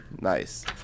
nice